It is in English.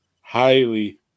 Highly